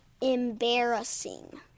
embarrassing